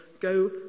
go